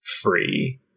free